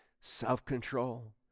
self-control